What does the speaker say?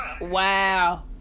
Wow